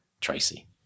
Tracy